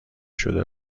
شده